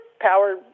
power